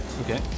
Okay